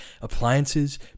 appliances